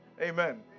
Amen